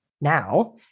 now